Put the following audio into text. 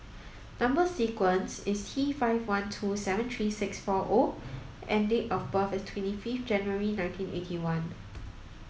number sequence is T five one two seven three six four O and date of birth is twenty fifth January nineteen eighty one